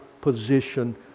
position